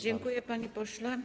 Dziękuję, panie pośle.